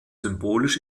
symbolisch